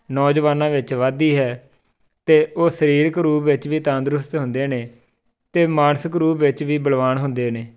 ਨੌਜਵਾਨਾਂ ਵਿੱਚ ਵੱਧਦੀ ਹੈ ਅਤੇ ਉਹ ਸਰੀਰਕ ਰੂਪ ਵਿੱਚ ਵੀ ਤੰਦਰੁਸਤ ਹੁੰਦੇ ਨੇ ਅਤੇ ਮਾਨਸਿਕ ਰੂਪ ਵਿੱਚ ਵੀ ਬਲਵਾਨ ਹੁੰਦੇ ਨੇ